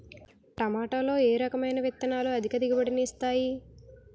టమాటాలో ఏ రకమైన విత్తనాలు అధిక దిగుబడిని ఇస్తాయి